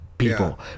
People